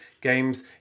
games